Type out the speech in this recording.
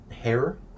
hair